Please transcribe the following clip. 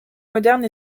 moderne